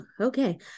okay